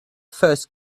first